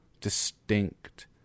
distinct